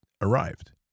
arrived